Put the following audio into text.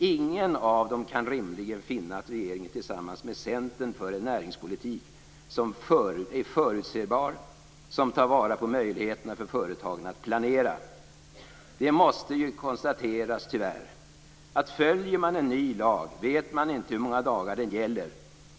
Inget av dessa kan rimligen finna att regeringen tillsammans med Centern för en näringspolitik som är förutsebar och som tar vara på möjligheterna för företagen att planera. Det måste ju tyvärr konstateras att om man följer en ny lag vet man inte hur många dagar den gäller.